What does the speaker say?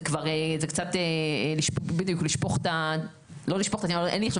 זה קצת בדיוק לשפוך לא לשפוך; אין לי עכשיו